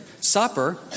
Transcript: supper